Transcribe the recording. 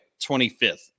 25th